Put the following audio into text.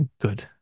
good